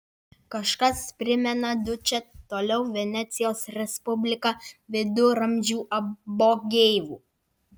kažkas primena dučę toliau venecijos respubliką viduramžių apogėjų